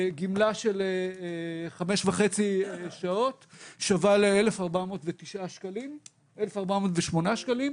גמלה של 5.5 שעות שווה ל-1,408 שקלים,